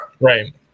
Right